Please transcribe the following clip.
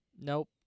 Nope